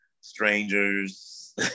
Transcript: strangers